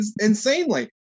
insanely